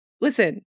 listen